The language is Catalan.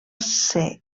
ser